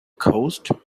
coast